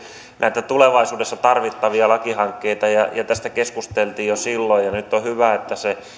näitä tulevaisuudessa tarvittavia lakihankkeita ja ja tästä keskusteltiin jo silloin ja nyt on hyvä että se